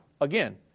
again